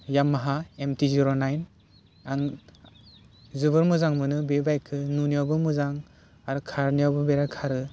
Yamaha MT zero nine आं जोबोर मोजां मोनो बे बायकखौ नुनायावबो मोजां आरो खारनायावबो बेराथ खारो